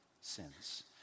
sins